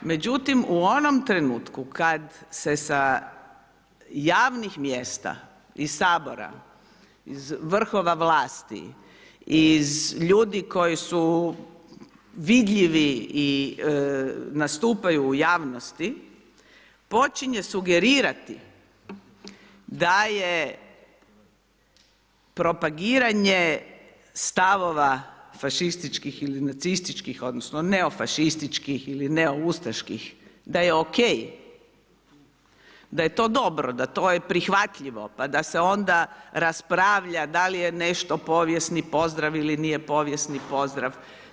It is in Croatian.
Međutim, u onom trenutku kad se sa javnih mjesta iz Sabora, iz vrhova vlasti, iz ljudi koji su vidljivi i nastupaju u javnosti, počinje sugerirati da je propagiranje stavova fašističkih ili nacističkih odnosno neofašističkih ili neoustaških, da je okej, da je to dobro, da to je prihvatljivo, pa da se onda raspravlja da li je nešto povijesni pozdrav ili nije povijesni pozdrav.